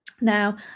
Now